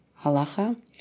halacha